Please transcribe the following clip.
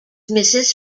mrs